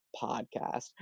podcast